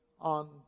on